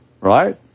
right